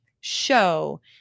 show